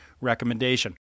recommendation